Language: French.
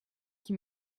qui